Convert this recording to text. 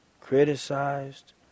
criticized